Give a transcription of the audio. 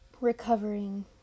recovering